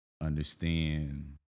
understand